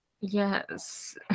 yes